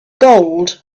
gold